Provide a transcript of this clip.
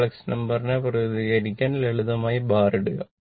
complex number നെ പ്രതിനിധീകരിക്കാൻ ലളിതമായി ബാർ ഇടുക